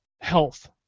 Health